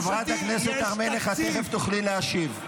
חברת הכנסת הר מלך, תכף תוכלי להשיב.